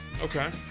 Okay